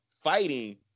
fighting